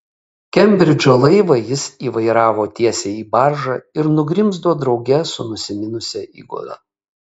kembridžo laivą jis įvairavo tiesiai į baržą ir nugrimzdo drauge su nusiminusia įgula